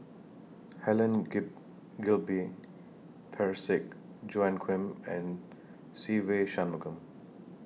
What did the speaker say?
Helen Gay Gilbey Parsick Joaquim and Se Ve Shanmugam